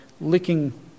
licking